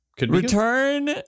Return